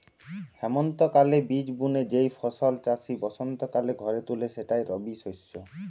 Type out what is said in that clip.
হেমন্তকালে বীজ বুনে যেই ফসল চাষি বসন্তকালে ঘরে তুলে সেটাই রবিশস্য